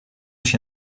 się